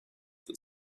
that